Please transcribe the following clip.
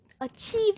achieve